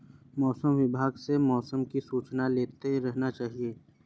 मौसम विभाग से मौसम की सूचना लेते रहना चाहिये?